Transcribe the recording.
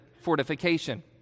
fortification